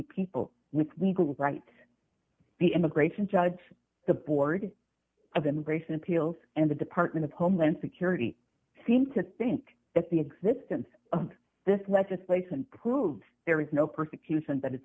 people with legal right the immigration judge the board of immigration appeals and the department of homeland security seem to think that the existence of this legislation proves there is no persecution that is a